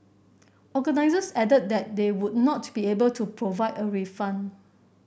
organisers added that they would not be able to provide a refund